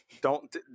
don't-